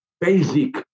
basic